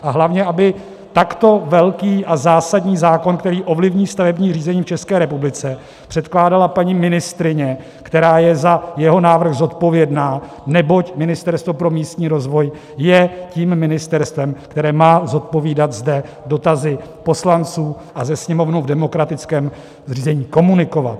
A hlavně aby takto velký a zásadní zákon, který ovlivní stavební řízení v České republice, předkládala paní ministryně, která je za jeho návrh zodpovědná, neboť Ministerstvo pro místní rozvoj je tím ministerstvem, které má zodpovídat zde dotazy poslanců a Se sněmovnu v demokratickém řízení komunikovat.